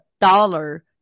dollar